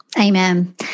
Amen